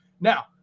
now